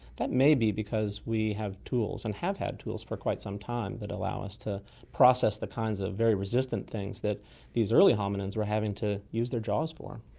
that may be because we have tools and have had tools for quite some time that allow us to process the kinds of very resistant things that these early hominines were having to use their jaws for.